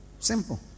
Simple